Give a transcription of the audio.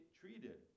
treated